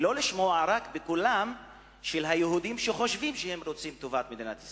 ולא לשמוע רק בקולם של היהודים שחושבים שהם רוצים את טובת מדינת ישראל.